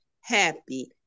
happy